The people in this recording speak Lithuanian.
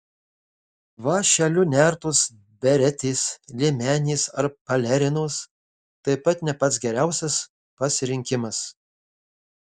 vąšeliu nertos beretės liemenės ar pelerinos taip pat ne pats geriausias pasirinkimas